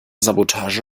sabotage